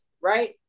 right